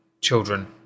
children